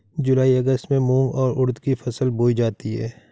जूलाई अगस्त में मूंग और उर्द की फसल बोई जाती है